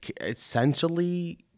essentially